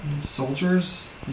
soldiers